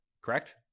correct